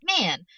man